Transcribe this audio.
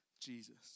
Jesus